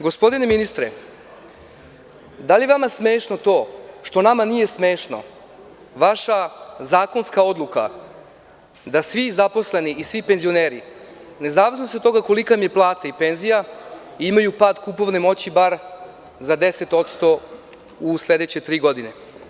Gospodine ministre, da li je vama smešno to što nama nije smešno vaša zakonska odluka da svi zaposleni i svi penzioneri, nezavisno od toga kolika im je plata i penzija, imaju pad kupovne moći bar za 10% u sledeće tri godine?